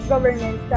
government